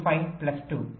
25 plus 2